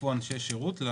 הוסיפו אנשי שירות?